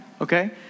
okay